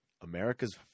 America's